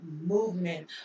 movement